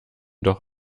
doch